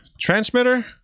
transmitter